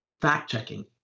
Fact-checking